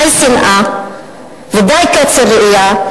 די שנאה ודי קוצר ראייה,